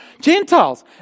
Gentiles